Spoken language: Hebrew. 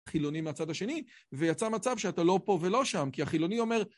חילוני מהצד השני ויצא מצב שאתה לא פה ולא שם כי החילוני אומר